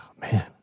man